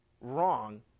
wrong